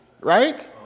right